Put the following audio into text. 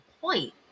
point